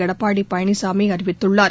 எடப்பாடி பழனிசாமி அறிவித்துள்ளார்